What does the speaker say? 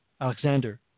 Alexander